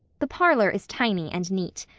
the parlor is tiny and neat.